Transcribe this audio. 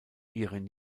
ihren